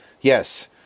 yes